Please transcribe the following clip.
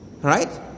Right